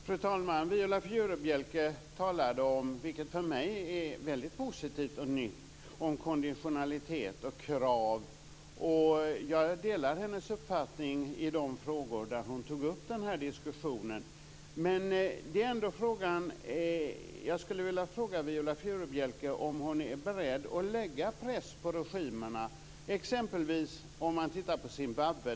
Fru talman! Viola Furubjelke talade, vilket för mig är väldigt positivt och nytt, om konditionalitet och krav. Jag delar hennes uppfattning i de frågor där hon tog upp den här diskussionen. Men jag skulle ändå vilja fråga Viola Furubjelke om hon är beredd att sätta press på regimerna. Man kan exempelvis titta på Zimbabwe.